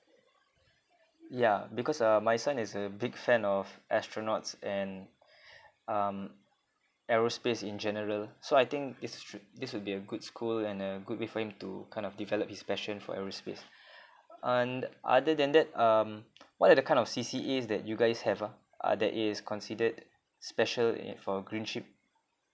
yeah because uh my son is a big fan of astronauts and um aerospace in general so I think this should this would be a good school and a good way for him to kind of develop his passion for aerospace and other than that um what are the kind of C_C_As that you guys have ah uh that is considered special in for green ship